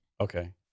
Okay